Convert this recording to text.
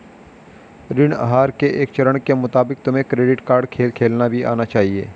ऋण आहार के एक चरण के मुताबिक तुम्हें क्रेडिट कार्ड खेल खेलना भी आना चाहिए